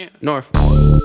North